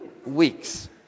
weeks